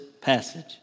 passage